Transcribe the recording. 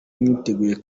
mwiteguye